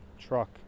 truck